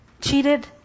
cheated